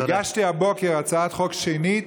הגשתי הבוקר הצעת חוק, שנית.